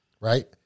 right